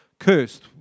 cursed